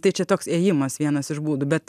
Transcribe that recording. tai čia toks ėjimas vienas iš būdų bet